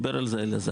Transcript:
דיבר על זה אלעזר.